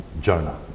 Jonah